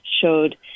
showed